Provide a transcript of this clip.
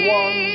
one